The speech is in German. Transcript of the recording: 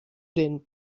den